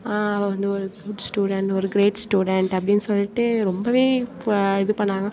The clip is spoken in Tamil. அவள் வந்து ஒரு குட் ஸ்டூடெண்ட் ஒரு கிரேட் ஸ்டூடெண்ட் அப்படின் சொல்லிட்டு ரொம்பவே வ இது பண்ணாங்க